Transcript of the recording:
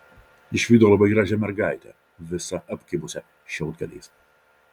išvydo labai gražią mergaitę visą apkibusią šiaudgaliais